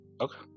Okay